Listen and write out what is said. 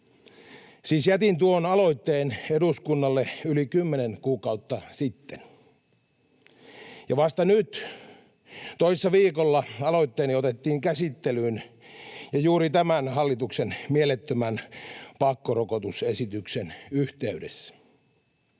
Siis jätin tuon aloitteen eduskunnalle yli kymmenen kuukautta sitten, ja vasta nyt toissa viikolla aloitteeni otettiin käsittelyyn ja juuri tämän hallituksen mielettömän pakkorokotusesityksen yhteydessä.